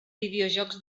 videojocs